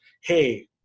hey